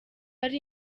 ari